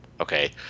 okay